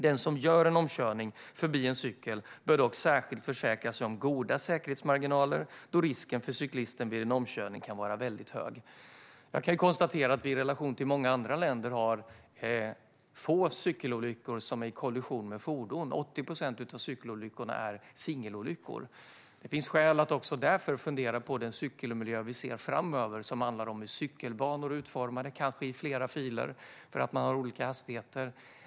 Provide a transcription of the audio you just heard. Den som gör en omkörning förbi en cykel bör dock särskilt försäkra sig om goda säkerhetsmarginaler då risken för cyklisten vid en omkörning kan vara väldigt hög. Jag kan konstatera att vi i relation till många andra länder har få cykelolyckor som är kollision med fordon. Det är 80 procent av cykelolyckorna som är singelolyckor. Det finns skäl att också därför fundera på den cykelmiljö vi ser framöver. Det handlar om hur cykelbanor är utformade kanske i flera filer för att man har olika hastigheter.